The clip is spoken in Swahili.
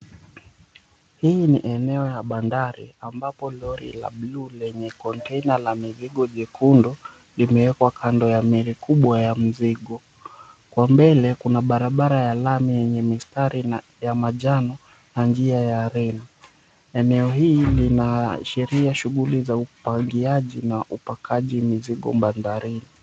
Hili ni eneo ya bandari ambapo lori la buluu lenye kontena la mizigo jekundu limewekwa kando ya meli kubwa ya mzigo. Kwa mbele kuna barabara ya lami yenye mistari ya manjano na njia ya reli. Eneo hili lina ashiria shughuli za upangiaji na upakaji mizigo bandarini.